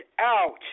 out